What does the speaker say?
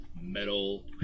metal